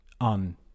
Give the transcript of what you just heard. on